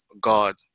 God